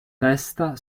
testa